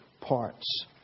parts